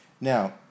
Now